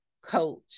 coach